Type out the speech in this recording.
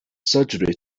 surgery